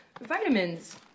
vitamins